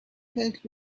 felt